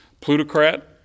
plutocrat